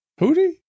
Hootie